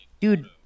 Dude